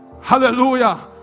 hallelujah